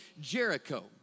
Jericho